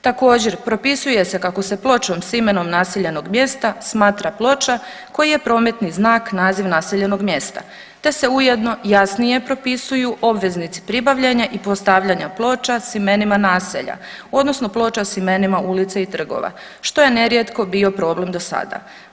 Također, propisuje se kako se pločom s imenom naseljenog mjesta smatra ploča koji je prometni znak naziv naseljenog mjesta te se ujedno jasnije propisuju obveznici pribavljanja i postavljanja ploča s imenima naselja odnosno ploča s imenima ulica i trgova što je nerijetko bio problem dosada.